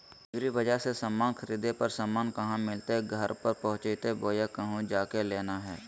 एग्रीबाजार से समान खरीदे पर समान कहा मिलतैय घर पर पहुँचतई बोया कहु जा के लेना है?